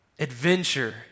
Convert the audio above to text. Adventure